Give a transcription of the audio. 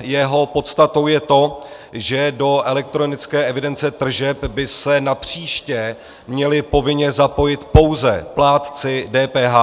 Jeho podstatou je to, že do elektronické evidence tržeb by se napříště měli povinně zapojit pouze plátci DPH,